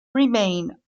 remain